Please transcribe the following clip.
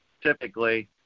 typically